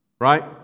right